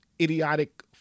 idiotic